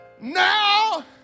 now